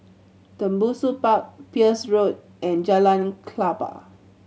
Tembusu Park Peirce Road and Jalan Klapa